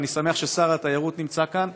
ואני שמח ששר התיירות נמצא כאן,